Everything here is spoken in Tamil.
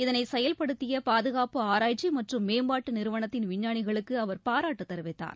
இதனை செயல்படுத்திய பாதுகாப்பு மற்றும் மேம்பாட்டு நிறுவனத்தின் விஞ்ஞானிகளுக்கு அவர் பாராட்டு தெரிவித்தார்